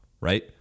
right